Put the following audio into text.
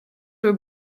were